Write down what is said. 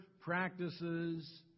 practices